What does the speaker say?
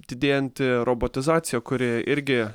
didėjanti robotizacija kuri irgi